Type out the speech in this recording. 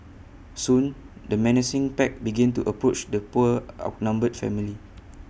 soon the menacing pack began to approach the poor outnumbered family